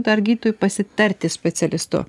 dar gydytoju pasitarti specialistu